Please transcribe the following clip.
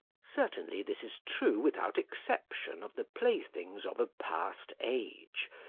certainly, this is true without exception of the playthings of a past age,